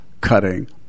cutting